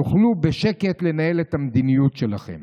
תוכלו בשקט לנהל את המדיניות שלכם.